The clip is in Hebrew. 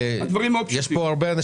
פשוטים.